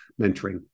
mentoring